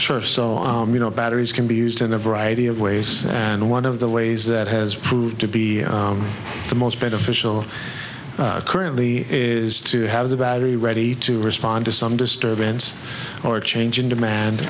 sure so you know batteries can be used in a variety of ways and one of the ways that has proved to be the most beneficial currently is to have the battery ready to respond to some disturbance or a change in demand